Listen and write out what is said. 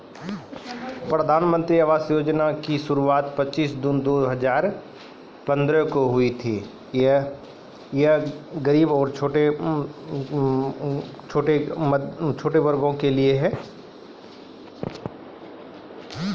प्रधानमन्त्री आवास योजना के शुरुआत पचीश जून दु हजार पंद्रह के होलो छलै